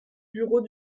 bureau